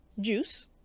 juice